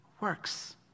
works